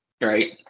right